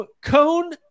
Cone